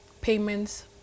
payments